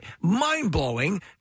mind-blowing